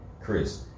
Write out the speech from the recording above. chris